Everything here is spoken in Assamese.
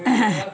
অ